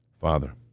Father